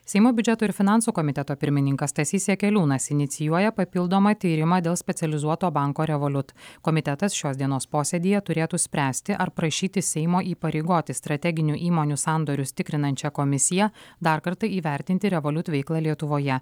seimo biudžeto ir finansų komiteto pirmininkas stasys jakeliūnas inicijuoja papildomą tyrimą dėl specializuoto banko revoliut komitetas šios dienos posėdyje turėtų spręsti ar prašyti seimo įpareigoti strateginių įmonių sandorius tikrinančią komisiją dar kartą įvertinti revoliut veiklą lietuvoje